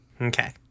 Okay